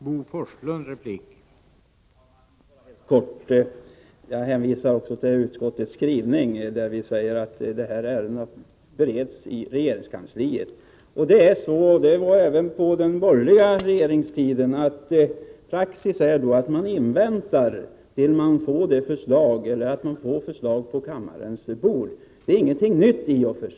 Herr talman! Jag hänvisar också till utskottets skrivning, där vi säger att ärendet bereds i regeringskansliet. Praxis är — och det var så även under den borgerliga regeringstiden — att vi i riksdagen väntar tills förslag ligger på kammarens bord. Det är alltså inte någonting nytt.